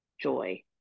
joy